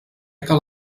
cal